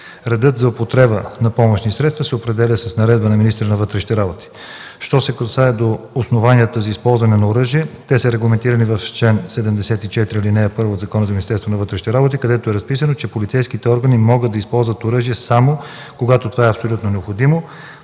Редът за употреба на помощни средства се определя с наредба на министъра на вътрешните работи. Що се касае до основанията за използване на оръжие, те са регламентирани в чл. 74, ал. 1 от Закона за Министерство на вътрешните работи, където е разписано, че полицейските органи могат да използват оръжие само когато това е абсолютно необходимо: